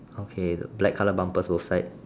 okay the black colour bumpers both side